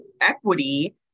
equity